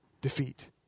defeat